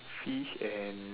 fish and